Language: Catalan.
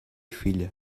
filla